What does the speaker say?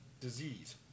disease